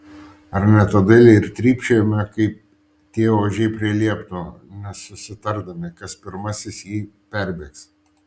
ar ne todėl ir trypčiojame kaip tie ožiai prie liepto nesusitardami kas pirmasis jį perbėgs